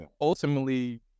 ultimately